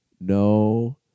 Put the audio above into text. No